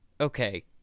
okay